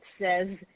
says